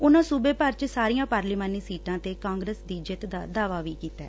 ਉਨੂਂ ਸੂਬੇ ਭਰ ਚ ਸਾਰੀਆਂ ਪਾਰਲੀਮਾਨੀ ਸੀਟਾਂ ਤੇ ਕਾਂਗਰਸ ਦੀ ਜਿੱਤ ਦਾ ਦਾਅਵਾ ਕੀਤੈ